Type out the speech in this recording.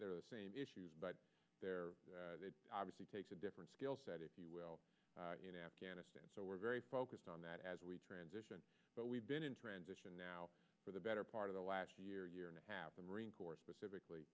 right the same issues but there obviously takes a different skill set if you will afghanistan so we're very focused on that as we transition but we've been in transition now for the better part of the last year year and a half the marine corps specifically